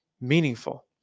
meaningful